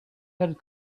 had